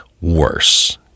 worse